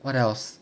what else